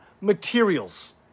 materials